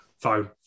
phone